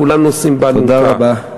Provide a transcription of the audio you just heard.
כולם נושאים את האלונקה,